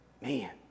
Man